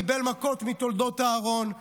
קיבל מכות מתולדות אהרן,